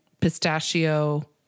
pistachio